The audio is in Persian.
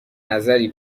نظری